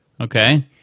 Okay